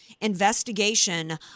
investigation